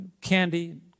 candy